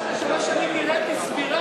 ההגבלה של שלוש שנים נראית לי סבירה,